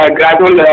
gradual